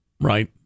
Right